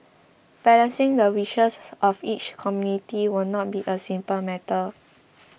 balancing the wishes of each community will not be a simple matter